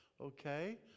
Okay